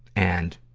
and,